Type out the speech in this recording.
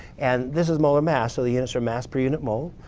and this is molar mass, so the units are mass per unit mole.